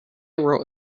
wrote